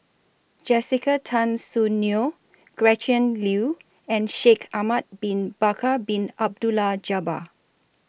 Jessica Tan Soon Neo Gretchen Liu and Shaikh Ahmad Bin Bakar Bin Abdullah Jabbar